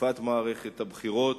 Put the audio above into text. ובתקופת מערכת הבחירות,